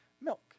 milk